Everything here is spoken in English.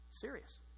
Serious